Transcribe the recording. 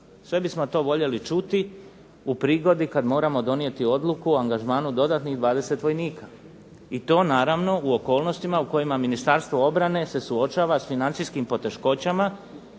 Sve bismo to voljeli čuti u prigodi kad moramo donijeti odluku o angažmanu dodatnih 20 vojnika i to naravno u okolnostima u kojima Ministarstvo obrane se suočava sa financijskim poteškoćama